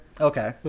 Okay